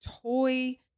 toy